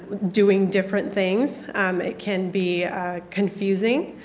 doing different things. it can be confusing.